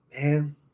man